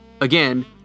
again